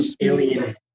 Alien